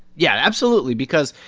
yeah, absolutely because,